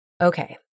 Okay